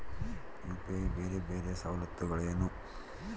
UPI ಬೇರೆ ಬೇರೆ ಸವಲತ್ತುಗಳೇನು?